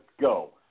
go